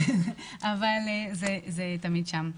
אבל זה תמיד שם.